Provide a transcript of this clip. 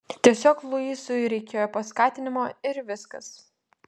tiesiog luisui reikėjo paskatinimo ir viskas